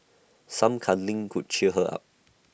some cuddling could cheer her up